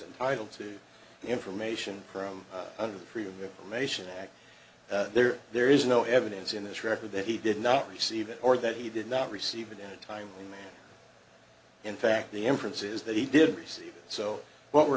entitle to the information from under the freedom of information act there there is no evidence in this record that he did not receive it or that he did not receive it in a timely manner in fact the inference is that he did receive so what we're